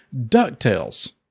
DuckTales